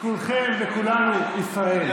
כולכם וכולנו ישראל.